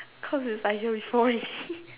cause is I hear before already